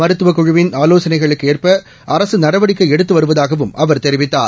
மருத்துவக் குழவின் ஆவோசனைகளுக்கு ஏற்ப அரசு நடவடிக்கை எடுத்து வருவதாவும் அவர் தெரிவித்தார்